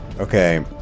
Okay